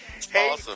Hey